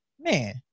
man